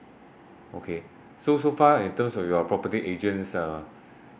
okay so so far in terms of your property agents uh